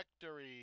Victory